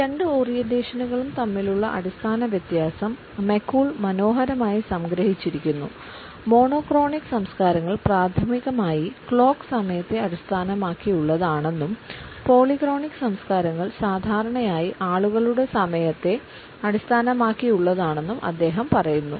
ഈ രണ്ട് ഓറിയന്റേഷനുകളും തമ്മിലുള്ള അടിസ്ഥാന വ്യത്യാസം മക്കൂൾ മനോഹരമായി സംഗ്രഹിച്ചിരിക്കുന്നു മോണോക്രോണിക് സംസ്കാരങ്ങൾ പ്രാഥമികമായി ക്ലോക്ക് സമയത്തെ അടിസ്ഥാനമാക്കിയുള്ളതാണെന്നും പോളിക്രോണിക് സംസ്കാരങ്ങൾ സാധാരണയായി ആളുകളുടെ സമയത്തെ അടിസ്ഥാനമാക്കിയുള്ളതാണെന്നും അദ്ദേഹം പറയുന്നു